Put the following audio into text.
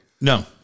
no